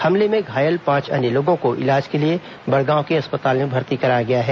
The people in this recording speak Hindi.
हमले में घायल पांच अन्य लोगों को इलाज के लिए बड़गांव के अस्पताल में भर्ती कराया गया है